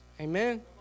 Amen